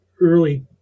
early